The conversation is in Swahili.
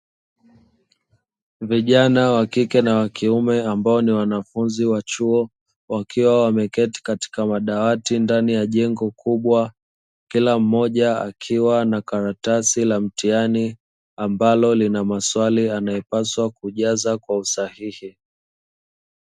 Vijana wa kike na wa kiume, ambao ni wanafunzi wa chuo, wakiwa wameketi katika madawati ndani ya jengo kubwa, kila mmoja akiwa na karatasi ya mtihani, ambalo lina maswali yanayopaswa kujazwa kwa usahihi.